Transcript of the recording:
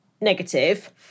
negative